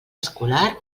escolar